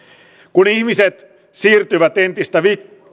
kun ihmiset siirtyvät entistä